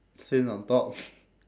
thin on top